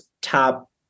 top